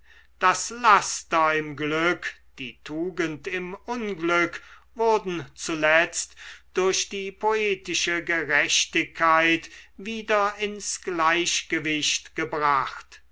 das laster im glück die tugend im unglück wurden zuletzt durch die poetische gerechtigkeit wieder ins gleichgewicht gebracht